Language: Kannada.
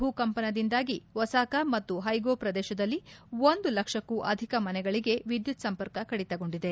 ಭೂ ಕಂಪನದಿಂದಾಗಿ ಒಸಾಕ ಮತ್ತು ಹೈಗೊ ಪ್ರದೇಶದಲ್ಲಿ ಒಂದು ಲಕ್ಷಕ್ಕೂ ಅಧಿಕ ಮನೆಗಳಿಗೆ ವಿದ್ಯುತ್ ಸಂಪರ್ಕ ಕಡಿತಗೊಂಡಿದೆ